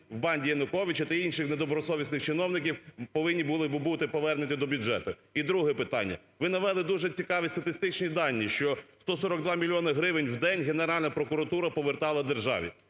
в банді Януковича та інших недобросовісних чиновників, повинні були би бути повернуті до бюджету? І друге питання. Ви навели дуже цікаві статистичні дані, що 142 мільйони гривень в день Генеральна прокуратура повертала державі.